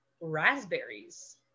raspberries